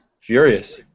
Furious